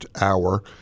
hour